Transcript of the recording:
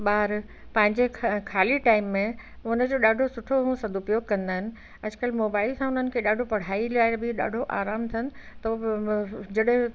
ॿार पंहिंजे ख़ाली टाइम में हुन जो ॾाढो सुठो ऐं सदुउप्योग कंदा आहिनि अॼुकल्ह मोबाइल खां हुननि खे ॾाढो पढ़ाई लाइ बि ॾाढो आराम अथनि त जॾहिं